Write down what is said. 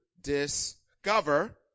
discover